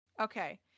Okay